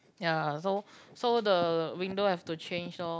ya so so the window have to change lor